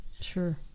Sure